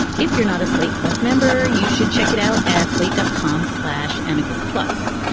if you're not a slate plus member, you should check it out at slate dot com slash ambigous. plus,